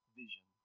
vision